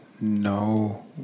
no